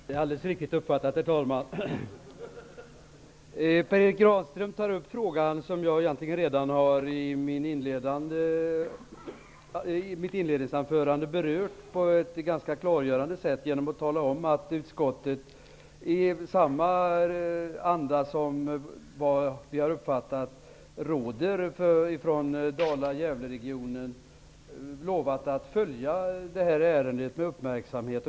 Herr talman! Per Erik Granström tar upp en fråga som jag egentligen redan i mitt inledningsanförande har berört på ett ganska klargörande sätt genom att tala om att utskottet, i samma anda som efter vad vi har uppfattat råder i Dala--Gävle-regionen, har lovat att följa det här ärendet med uppmärksamhet.